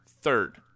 third